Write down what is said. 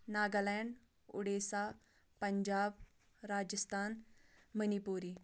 Nagaland Odisha Punjab Rajasthan money Puri